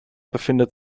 befindet